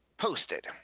posted